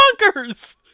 bonkers